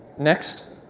next,